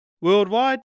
worldwide